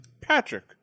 patrick